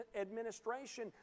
administration